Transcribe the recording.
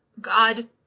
God